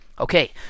Okay